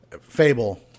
Fable